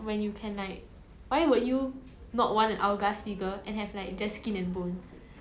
they shame the person lah then ya lor then they just shame skinny people I guess